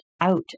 out